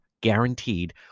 Guaranteed